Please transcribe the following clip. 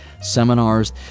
seminars